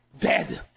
Dead